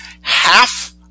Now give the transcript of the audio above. half